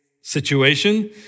situation